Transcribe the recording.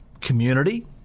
community